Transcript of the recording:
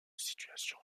situation